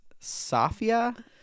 Safia